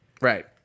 Right